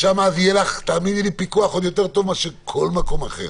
שם יהיה לך פיקוח יותר טוב מכל מקום אחר,